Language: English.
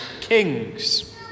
kings